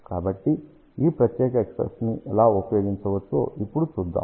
కాబట్టి ఈ ప్రత్యేక ఎక్ష్ప్రెషన్ ని ఎలా ఉపయోగించవచ్చో ఇప్పుడు చూద్దాం